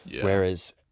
whereas